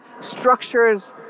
structures